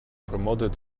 promoted